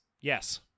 Yes